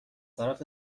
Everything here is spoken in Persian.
طرف